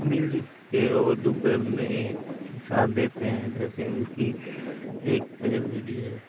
मिल जुल के और दुःख दर्द में साथ देते हैं जैसे उनकी एक लेडिज़